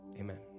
Amen